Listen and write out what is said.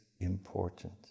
important